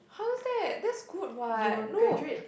how is that that's good what look